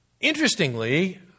Interestingly